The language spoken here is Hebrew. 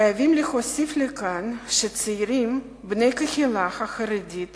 חייבים להוסיף לכך שצעירים בני הקהילה החרדית